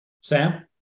Sam